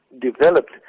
developed